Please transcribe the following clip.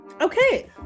okay